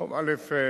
א.